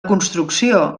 construcció